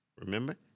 Remember